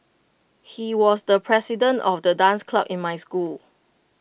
he was the president of the dance club in my school